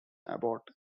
abbott